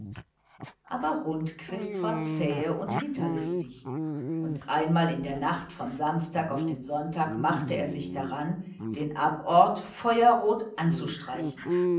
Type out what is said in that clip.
aber rundquist war zähe und hinterlistig und einmal in der nacht vom samstag auf den sonntag machte er sich daran den abort feuerrot anzustreichen